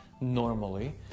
normally